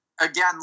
again